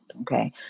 okay